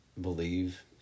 believe